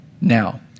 now